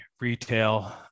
retail